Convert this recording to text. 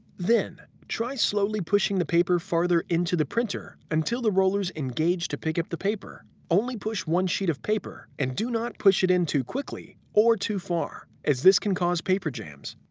then, try slowly pushing the paper farther into the printer until the rollers engage to pick up the paper. only push one sheet of paper, and do not push it in too quickly or too far as this can cause paper jams.